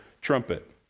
trumpet